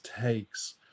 takes